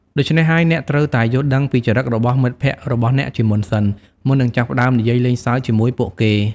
ដូច្នេះហើយ អ្នកត្រូវតែយល់ដឹងពីចរិតរបស់មិត្តភក្តិរបស់អ្នកជាមុនសិន មុននឹងចាប់ផ្តើមនិយាយលេងសើចជាមួយពួកគេ។